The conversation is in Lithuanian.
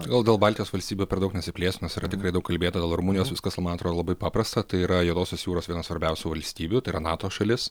gal dėl baltijos valstybių per daug nesiplėsiu nes yra tikrai daug kalbėta dėl rumunijos viskas man atrodo labai paprasta tai yra juodosios jūros viena svarbiausių valstybių tai yra nato šalis